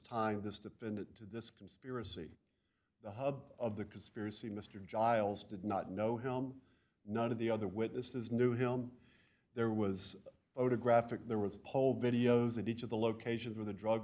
tying this defendant to this conspiracy the hub of the conspiracy mr giles did not know him none of the other witnesses knew him there was a graphic there was a poll videos in each of the locations where the drug